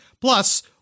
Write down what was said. Plus